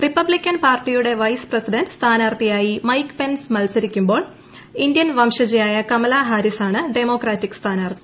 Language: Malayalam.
റിപ്പബ്ലിക്കൻ പാർട്ടിയുടെ വൈസ് പ്രസിഡന്റ് സ്ഥാനാർഥിയായി മൈക്ക് പെൻസ് മത്സരിക്കുമ്പോൾ ഇന്ത്യൻ വംശജയായ കമലാ ഹാരിസാണ് ഡെമോക്രാറ്റിക്ക് സ്ഥാനാർഥി